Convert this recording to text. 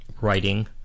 writing